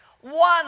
one